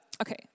okay